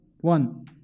one